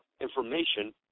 information